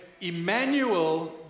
Emmanuel